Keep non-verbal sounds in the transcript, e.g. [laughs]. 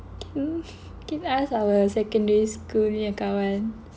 mm [laughs] can ask our secondary school punya kawan